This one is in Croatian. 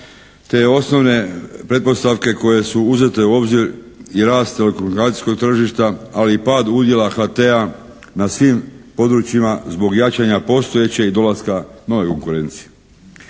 je osnovne pretpostavke koje su uzete u obzir i rast telekomunikacijskog tržišta, ali i pad udjela HT-a na svim područjima zbog jačanja postojeće i dolaska nove konkurencije.